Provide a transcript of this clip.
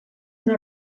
una